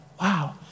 Wow